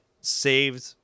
saved